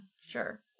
sure